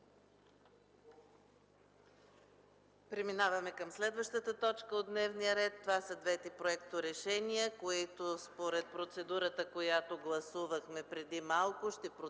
Преминаваме към следващата точка от дневния ред. Това са двете проекторешения, които според процедурата, която гласувахме преди малко, ще протекат